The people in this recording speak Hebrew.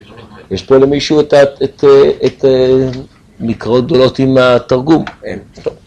יש פה למישהו את ה... מקראות גדולות עם התרגום?